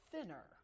thinner